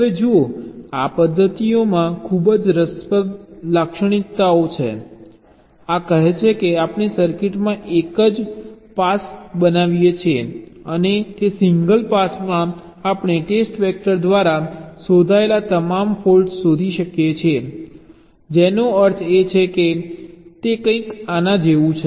હવે જુઓ આ પદ્ધતિઓમાં ખૂબ જ રસપ્રદ લાક્ષણિકતાઓ છે આ કહે છે કે આપણે સર્કિટમાંથી એક જ પાસ બનાવીએ છીએ અને તે સિંગલ પાસમાં આપણે ટેસ્ટ વેક્ટર દ્વારા શોધાયેલ તમામ ફોલ્ટ્સ શોધી કાઢીએ છીએ જેનો અર્થ છે કે તે કંઈક આના જેવું છે